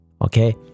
okay